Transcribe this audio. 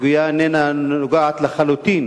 הסוגיה איננה נוגעת לחלוטין